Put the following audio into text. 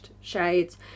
shades